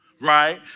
right